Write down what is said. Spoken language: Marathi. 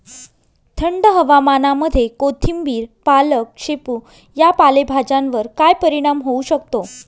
थंड हवामानामध्ये कोथिंबिर, पालक, शेपू या पालेभाज्यांवर काय परिणाम होऊ शकतो?